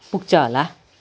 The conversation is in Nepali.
पुग्छ होला